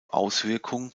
auswirkung